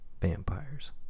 vampires